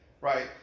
Right